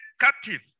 captive